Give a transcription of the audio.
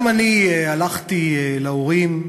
גם אני הלכתי להורים,